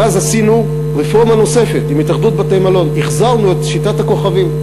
ואז עשינו רפורמה נוספת עם התאחדות בתי-המלון: החזרנו את שיטת הכוכבים.